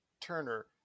Turner